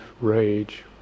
rage